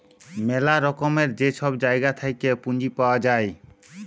ম্যালা রকমের যে ছব জায়গা থ্যাইকে পুঁজি পাউয়া যায়